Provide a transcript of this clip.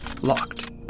Locked